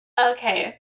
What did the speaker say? Okay